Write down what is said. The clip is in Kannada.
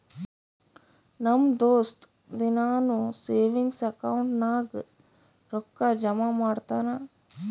ನಮ್ ದೋಸ್ತ ದಿನಾನೂ ಸೇವಿಂಗ್ಸ್ ಅಕೌಂಟ್ ನಾಗ್ ರೊಕ್ಕಾ ಜಮಾ ಮಾಡ್ತಾನ